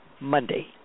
Monday